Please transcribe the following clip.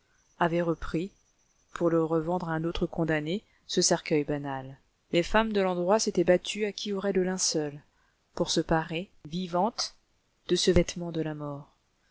avait repris pour le revendre à un autre condamné ce cercueil banal les femmes de l'endroit s'étaient battues à qui aurait le linceul pour se parer vivantes de ce vêtement de la mort